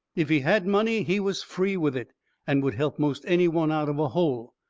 if he had money, he was free with it and would help most any one out of a hole.